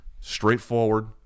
Straightforward